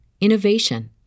innovation